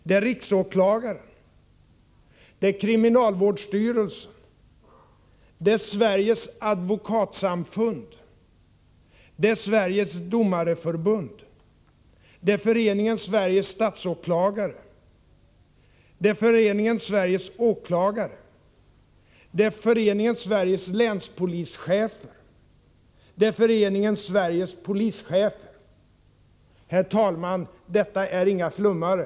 Det är riksåklagaren, kriminalvårdsstyrelsen, Sveriges advokatsamfund, Sveriges domareförbund, Föreningen Sveriges statsåklagare, Föreningen Sveriges åklagare, Föreningen Sveriges länspolischefer och Föreningen Sveriges polischefer. Herr talman! Detta är inga flummare.